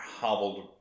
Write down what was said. hobbled